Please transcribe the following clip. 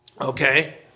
Okay